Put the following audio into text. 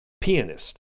pianist